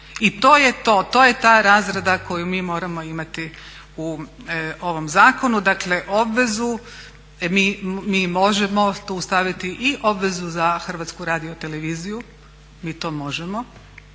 I to je to, to je ta razrada koju mi moramo imati u ovom zakonu. Dakle, obvezu mi možemo tu staviti i obvezu za Hrvatsku radioteleviziju, mi to možemo